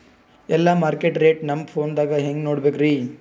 ಎಲ್ಲಾ ಮಾರ್ಕಿಟ ರೇಟ್ ನಮ್ ಫೋನದಾಗ ಹೆಂಗ ನೋಡಕೋಬೇಕ್ರಿ?